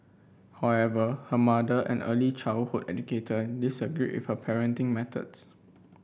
however her mother an early childhood educator disagreed with her parenting methods